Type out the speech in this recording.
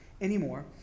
anymore